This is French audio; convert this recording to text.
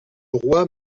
roi